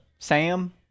Sam